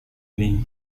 ini